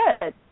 good